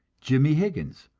jimmie higgins,